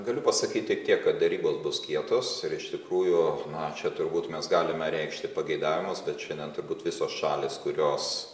galiu pasakyt tik tiek kad derybos bus kietos ir iš tikrųjų na čia turbūt mes galime reikšti pageidavimus bet šiandien turbūt visos šalys kurios